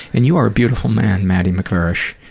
and you are a beautiful man, matty mcvarish.